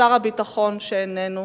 שר הביטחון, שאיננו,